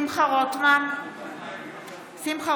שמחה רוטמן, נגד